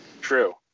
True